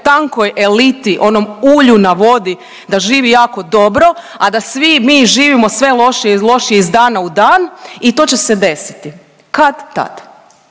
tankoj eliti, onom ulju na vodi, da živi jako dobro, a da svi mi živimo sve lošije i lošije iz dana u dan i to će se desiti kad-tad,